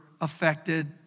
affected